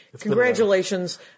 Congratulations